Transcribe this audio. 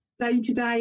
day-to-day